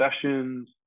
sessions